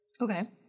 Okay